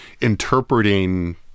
interpreting